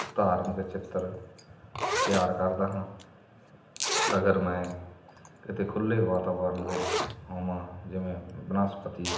ਧਾਰਮਿਕ ਚਿੱਤਰ ਤਿਆਰ ਕਰਦਾ ਹਾਂ ਅਗਰ ਮੈਂ ਕਿਤੇ ਖੁੱਲ੍ਹੇ ਵਾਤਾਵਰਨ ਵਿੱਚ ਹੋਵਾਂ ਜਿਵੇਂ ਬਨਸਪਤੀ